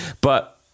But-